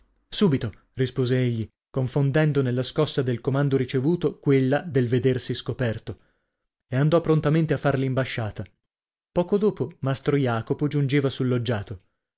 subito rispose egli confondendo nella scossa del comando ricevuto quella del vedersi scoperto e andò prontamente a far l'imbasciata poco dopo mastro jacopo giungeva sul loggiato